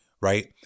Right